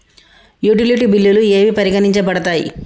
Utility బిల్లులు ఏవి పరిగణించబడతాయి?